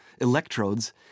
electrodes